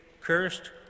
cursed